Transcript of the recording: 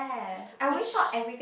which